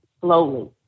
slowly